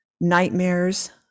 nightmares